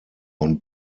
und